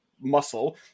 muscle